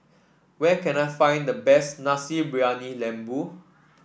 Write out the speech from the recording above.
where can I find the best Nasi Briyani Lembu